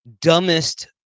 dumbest